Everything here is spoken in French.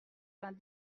vingt